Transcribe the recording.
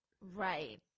Right